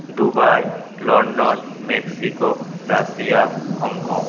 Dubai London Mexico Russia Hong Kong